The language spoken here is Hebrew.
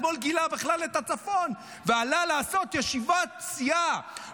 אתמול גילה בכלל את הצפון ועלה לעשות ישיבת סיעה,